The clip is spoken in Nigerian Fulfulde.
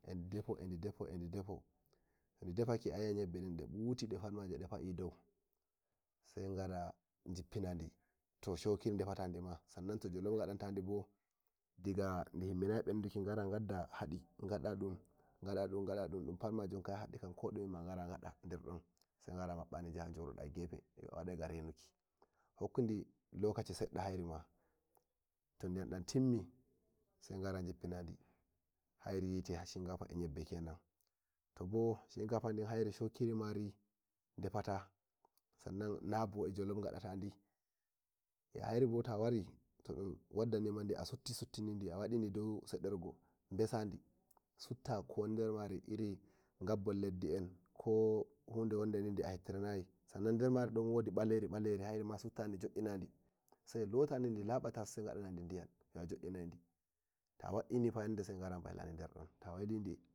E ndi defo edidefo to ndi defake ayi ai yebbe den de buti de pa'i dou sai ngara njippinandi to shokiri defatama to jollof gadan tadi ma diga ndi timminayi beduke gara gadda hadi gada ɗun ngada dun dun pat majun gadu dum hadima gara gada koduma derdun sai mabba di yaha jododa gefe gada ga yenuki hukkundi lokaci gidda hairima shinkafa eh nyebbe kenan to be shinka ri din shokiri mari defata sannan nabo eh jollof gadda tadi hairi bo ta wari to todun sederjo besadi sutta kowon dermari irin gabbon leddi en irin hude hon ko a heɓɓi ranayi sannan demari wodi baleri baleri suttandi jo'ina ndi sai lotadi dilaba tas gadanadi diyam non a jo'inaidi ta wo'ini fayande ai ngara mbailadi der dun ta wailidi